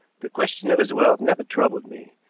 the question of his wealth never troubled me.